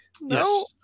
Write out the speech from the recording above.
No